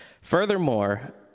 Furthermore